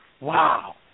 Wow